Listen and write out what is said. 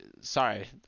sorry